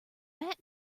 bat